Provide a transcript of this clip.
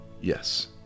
Yes